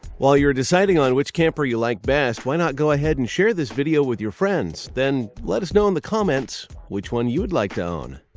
while you're deciding on which camper you like best, why not go ahead and share this video with your friends? then let us know in the comments which one you'd like to own.